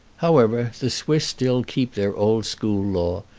however, the swiss still keep their old school law,